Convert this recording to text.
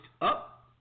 up